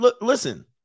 listen